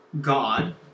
God